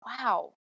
Wow